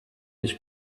his